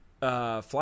Fly